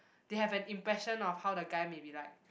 they have an impression of how the guy may be like